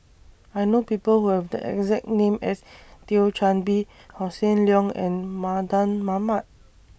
I know People Who Have The exact name as Thio Chan Bee Hossan Leong and Mardan Mamat